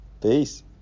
Peace